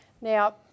Now